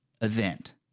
event